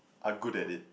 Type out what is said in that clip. are good at it